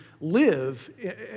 live